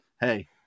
hey